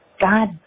God